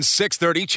630